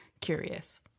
curious